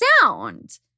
sound